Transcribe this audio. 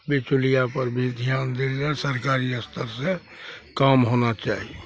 बिचौलियापर भी ध्यान देल जाइ सरकारी स्तरसँ काम होना चाही